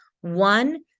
One